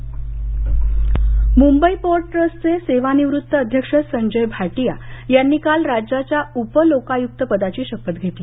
Sanjay Bhatia Mumbai Mumbai port ट्रस्टचे सेवानिवृत्त अध्यक्ष संजय भाटीया यांनी काल राज्याच्या उपलोकायुक्तपदाची शपथ घेतली